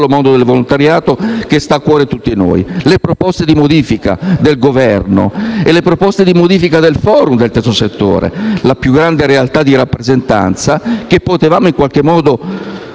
mondo del volontariato che sta cuore a tutti noi. Le proposte di modifica del Governo e quelle avanzate dal Forum nazionale del terzo settore, la più grande realtà di rappresentanza, che potevamo in qualche modo